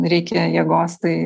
reikia jėgos tai